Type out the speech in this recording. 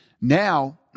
Now